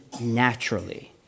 naturally